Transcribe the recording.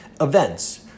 events